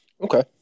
okay